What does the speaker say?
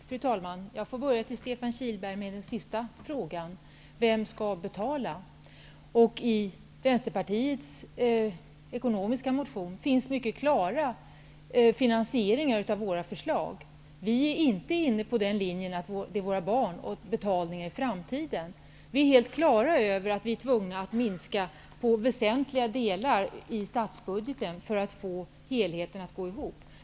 Fru talman! Jag börjar med Stefan Kihlbergs sista fråga: Vem skall betala? I Vänsterpartiets ekonomiska motion finns en mycket klar finansie ring av våra förslag. Vi är inte inne på linjen att våra barn skall betala i framtiden. Vi är helt på det klara med att vi är tvungna att skära ned på väsentliga delar i statsbudgeten för att få det att gå ihop.